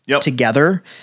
together